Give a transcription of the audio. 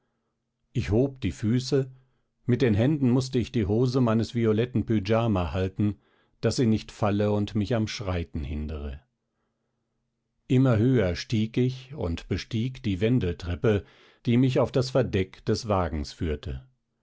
ich hob die füße mit den händen mußte ich die hose meines violetten pyjama halten daß sie nicht falle und mich am schreiten hindere immer höher stieg ich und bestieg die wendeltreppe die mich auf das verdeck des wagens führte